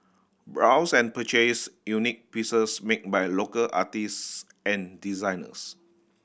browse and purchase unique pieces make by local artists and designers